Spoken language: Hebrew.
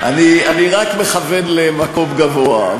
אז אני רק מכוון למקום גבוה.